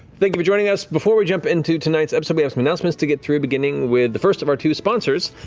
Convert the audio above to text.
thank you for joining us. before we jump into tonight's episode, we have some announcements to get through, beginning with the first of our two sponsors,